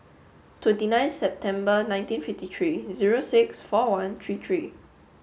twenty nine September nineteen fifty three zero six four one three three